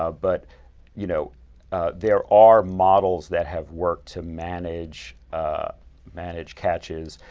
ah but you know there are models that have worked to manage ah manage catches.